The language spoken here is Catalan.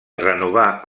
renovar